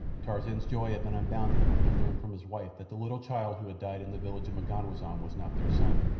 tarzan's joy had been unbounded when he learned from his wife that the little child who had died in the village of m'ganwazam was not their son.